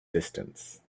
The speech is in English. distance